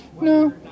no